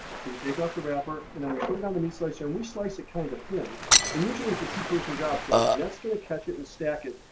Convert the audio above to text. so you take off the wrapper and i put it on the meat slicer. and we slice it kind of thin and usually it's a two-person job so annette's going to catch it and stack it.